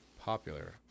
popular